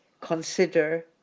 consider